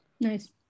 nice